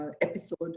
episode